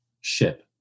ship